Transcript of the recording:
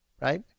Right